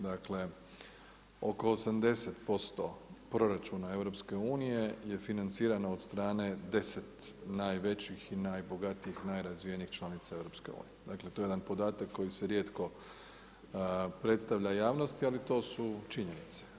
Dakle oko 80% proračuna EU je financirano od strane deset najvećih, najbogatijih i najrazvijenijih članica EU, dakle to je jedan podatak koji se rijetko predstavlja javnosti, ali to su činjenice.